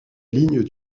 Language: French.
ligne